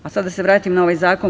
Sada da se vratimo na ovaj zakon.